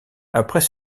après